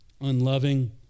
unloving